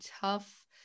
tough